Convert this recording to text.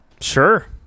Sure